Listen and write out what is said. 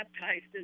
baptized